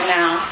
now